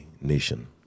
nation